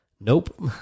Nope